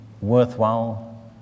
worthwhile